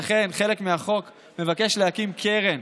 ולכן חלק מהחוק מבקש להקים קרן